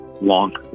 long